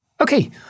Okay